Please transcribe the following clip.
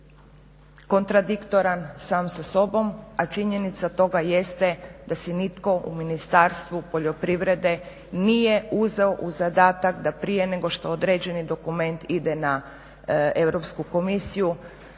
kontradiktoran sam sa sobom, a činjenica toga jeste da se nitko u Ministarstvu poljoprivrede nije uzeo u zadatak da prije nego što određeni dokument ide na Europsku komisiju